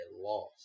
lost